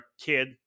kid